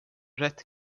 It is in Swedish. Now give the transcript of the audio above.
rätt